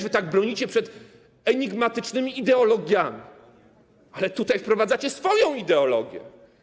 Wy tak bronicie przed enigmatycznymi ideologiami, ale tutaj wprowadzacie swoją ideologię.